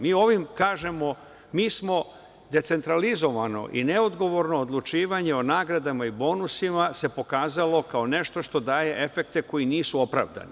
Mi ovim kažemo, mi smo decentralizovano i neodgovorno odlučivanje o nagradama i bonusima se pokazalo kao nešto što daje efekte koji nisu opravdani.